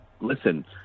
listen